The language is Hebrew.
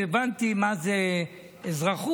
הבנתי מה זה אזרחות,